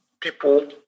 people